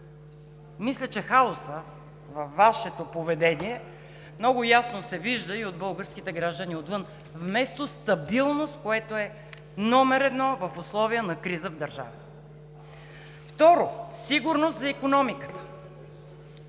Мисля, че хаосът във Вашето поведение много ясно се вижда и от българските граждани отвън – вместо стабилност, която е номер едно в условия на криза в държавата. Второ, сигурност за икономиката.